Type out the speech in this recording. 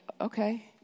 Okay